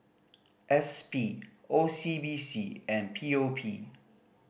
S P O C B C and P O P